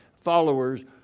followers